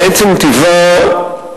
מעצם טיבה,